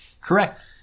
Correct